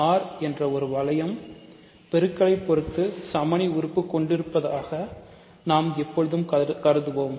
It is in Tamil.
R என்ற வளையம் பெருக்கலை பொறுத்து சமணி உறுப்பு கொண்டிருப்பதாக நாம் எப்போதும் கருதுவோம்